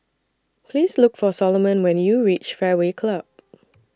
Please Look For Solomon when YOU REACH Fairway Club